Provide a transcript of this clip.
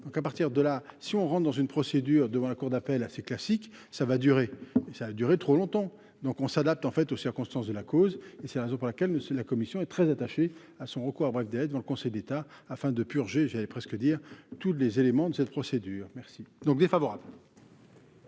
donc à partir de là, si on rentre dans une procédure devant la cour d'appel assez classique, ça va durer, ça a duré trop longtemps, donc on s'adapte en fait aux circonstances de la cause et c'est la raison pour laquelle ne se la commission est très attaché à son recours à bref délai devant le Conseil d'État afin de purger j'allais presque dire : tous les éléments de cette procédure, merci donc défavorable.